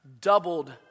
doubled